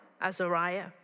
Azariah